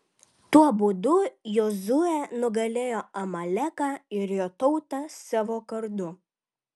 tuo būdu jozuė nugalėjo amaleką ir jo tautą savo kardu